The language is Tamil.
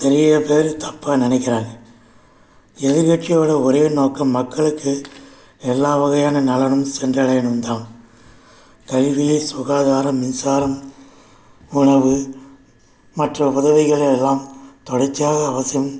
நிறைய பேர் தப்பாக நினைக்கிறாங்க எதிர்கட்சியோடய ஒரே நோக்கம் மக்களுக்கு எல்லா வகையான நலனும் சென்றடையணுனு தான் கல்வியில் சுகாதாரம் மின்சாரம் உணவு மற்ற உதவிகளையெல்லாம் தொடர்ச்சியாக அவசியம்